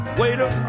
waiter